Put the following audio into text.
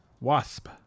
Wasp